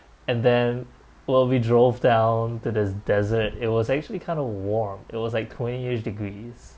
and then well we drove down to the desert it was actually kind of warm it was like twenty eight degrees